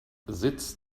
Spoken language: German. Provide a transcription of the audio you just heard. sitz